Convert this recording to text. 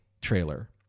trailer